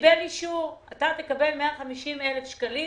תקבל 150,000 שקלים